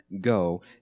Go